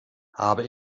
habe